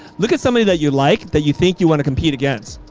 look at somebody that you like that you think you want to compete against.